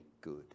good